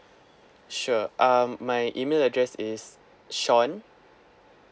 sure um my email address is sean